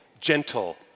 gentle